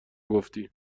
گفتی